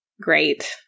great